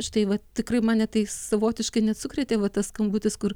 štai va tikrai mane tai savotiškai net sukrėtė va tas skambutis kur